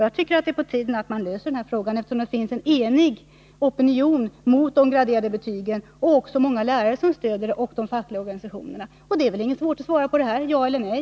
Jag tycker att det är på tiden att man löser detta problem, eftersom det finns en enig opinion mot de graderade betygen. Det är många lärare som stöder den ståndpunkten, vilket också de fackliga organisationerna gör. Det är väl inget svårt att svara på detta — ja eller nej!